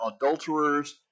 adulterers